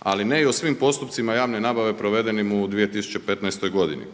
ali ne i o svim postupcima javne nabave provedenim u 2015. godini.